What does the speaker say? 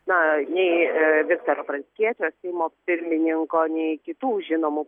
na nei viktoro pranckiečio seimo pirmininko nei kitų žinomų